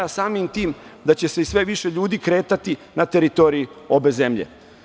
Samim tim, da će se sve više ljudi kretati na teritoriji obe zemlje.